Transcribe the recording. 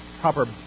proper